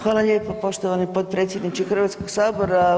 Hvala lijepo poštovani potpredsjedniče Hrvatskog sabora.